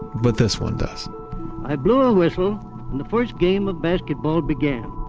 but this one does i blew a whistle and the first game of basketball began.